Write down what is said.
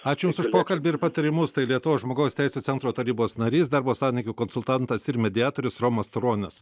ačiū jums už pokalbį ir patarimus tai lietuvos žmogaus teisių centro tarybos narys darbo santykių konsultantas ir mediatorius romas turonis